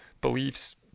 beliefs